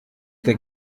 der